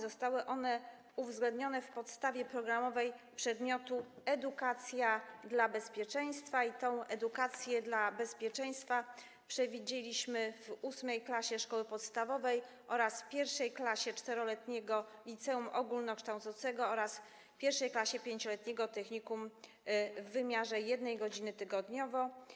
Zostało to uwzględnione w podstawie programowej przedmiotu edukacja dla bezpieczeństwa i tę edukację dla bezpieczeństwa przewidzieliśmy w VIII klasie szkoły podstawowej, w I klasie 4-letniego liceum ogólnokształcącego i w I klasie 5-letniego technikum w wymiarze 1 godziny tygodniowo.